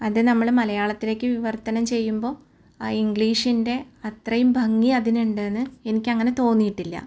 അത് നമ്മൾ മലയാളത്തിലേക്ക് വിവര്ത്തനം ചെയ്യുമ്പോൾ അയിങ്ക്ളീഷിൻ്റെ അത്രേം ഭംഗി അതിനുണ്ടെന്ന് എനിക്കങ്ങനെ തോന്നീട്ടില്ല